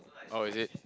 oh is it